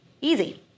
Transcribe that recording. Easy